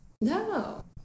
No